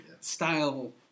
style